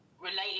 related